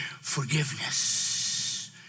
forgiveness